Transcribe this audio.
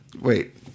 Wait